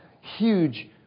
huge